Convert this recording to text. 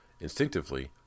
Instinctively